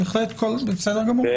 זה בסדר גמור.